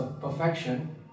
perfection